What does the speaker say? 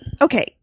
Okay